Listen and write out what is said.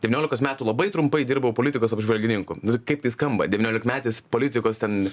devyniolikos metų labai trumpai dirbau politikos apžvalgininku nu tai kaip tai skamba devyniolikmetis politikos ten